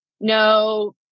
no